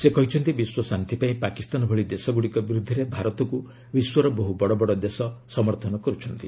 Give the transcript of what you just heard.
ସେ କହିଛନ୍ତି ବିଶ୍ୱ ଶାନ୍ତି ପାଇଁ ପାକିସ୍ତାନ ଭଳି ଦେଶଗୁଡ଼ିକ ବିରୁଦ୍ଧରେ ଭାରତକୁ ବିଶ୍ୱର ବହୁ ବଡ଼ବଡ଼ ଦେଶ ସମର୍ଥନ କରୁଛନ୍ତି